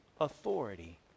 authority